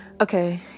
Okay